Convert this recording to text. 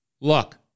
Look